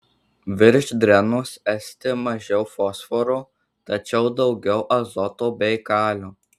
virš drenos esti mažiau fosforo tačiau daugiau azoto bei kalio